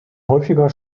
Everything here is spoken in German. häufiger